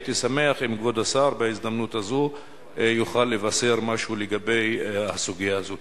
הייתי שמח אם כבוד השר בהזדמנות הזאת יוכל לבשר משהו לגבי הסוגיה הזאת.